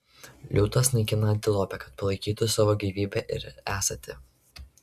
liūtas naikina antilopę kad palaikytų savo gyvybę ir esatį